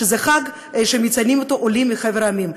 אמרו שזה חג שמציינים אותו עולים מחבר העמים.